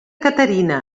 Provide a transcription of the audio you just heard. caterina